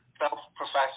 self-professed